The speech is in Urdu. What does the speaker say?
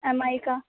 ایم آئی کا